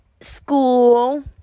school